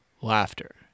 laughter